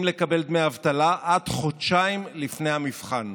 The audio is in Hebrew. לקבל דמי אבטלה עד חודשיים לפני המבחן.